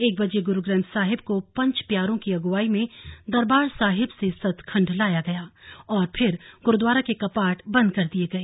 एक बजे गुरु ग्रंथ साहिब को पंच प्यारों की अगुआई में दरबार साहिब से सतखंड लाया गया और फिर गुरुद्वारा के कपाट बंद कर दिए गए